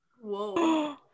whoa